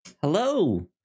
hello